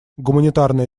гуманитарная